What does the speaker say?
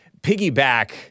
piggyback